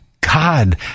god